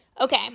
Okay